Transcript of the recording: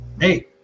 hey